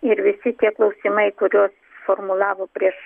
ir visi tie klausimai kuriuos formulavo prieš